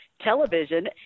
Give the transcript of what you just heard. television